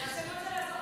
זה השמות של הסוכנות.